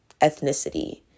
ethnicity